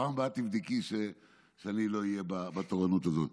בפעם הבאה תבדקי שאני לא אהיה בתורנות הזאת.